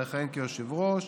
אכהן כיושב-ראש,